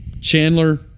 Chandler